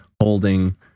holding